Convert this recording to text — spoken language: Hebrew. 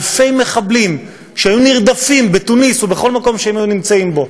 אלפי מחבלים שהיו נרדפים בתוניסיה ובכל מקום שהם היו נמצאים בו,